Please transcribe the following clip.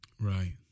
Right